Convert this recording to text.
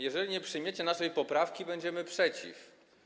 Jeżeli nie przyjmiecie naszej poprawki, będziemy przeciw.